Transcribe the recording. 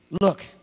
Look